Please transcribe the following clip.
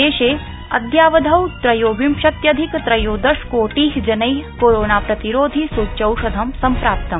देशे अद्यावधौ त्रयोविंशत्यधिक त्रयोदश कोटि जनै कोरोना प्रतिरोधि सूच्यौषधम् सम्प्राप्तम्